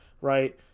right